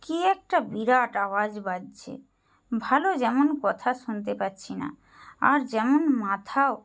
কী একটা বিরাট আওয়াজ বাজছে ভালো যেমন কথা শুনতে পাচ্ছি না আর যেমন মাথাও